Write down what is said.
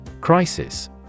Crisis